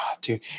dude